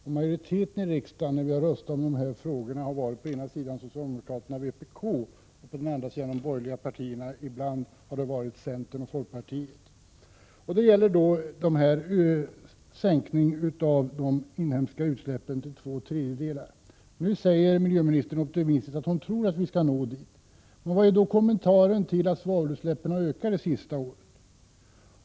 När vi i riksdagen har röstat om dessa frågor har majoriteten bestått av socialdemokraterna och vpk, och de borgerliga partierna, ibland centern och folkpartiet, har stått på den andra sidan. Det gäller bl.a. en sänkning av de inhemska utsläppen till två tredjedelar. Nu säger miljöministern optimistiskt att hon tror att det målet skall nås. Vad är då kommentaren till att svavelutsläppen har ökat det senaste året?